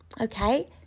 Okay